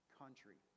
country